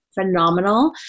phenomenal